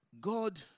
God